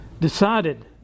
decided